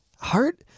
Heart